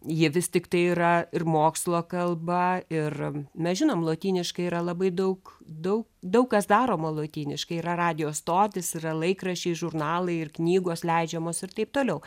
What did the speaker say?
ji vis tiktai yra ir mokslo kalba ir mes žinom lotyniškai yra labai daug daug daug kas daroma lotyniškai yra radijo stotys yra laikraščiai žurnalai ir knygos leidžiamos ir taip toliau